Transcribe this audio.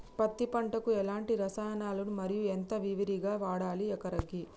పత్తి పంటకు ఎలాంటి రసాయనాలు మరి ఎంత విరివిగా వాడాలి ఎకరాకి?